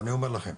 אני אומר לכם,